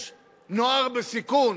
יש נוער בסיכון,